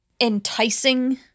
enticing